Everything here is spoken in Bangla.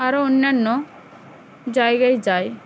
আরও অন্যান্য জায়গায় যায়